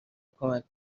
کمک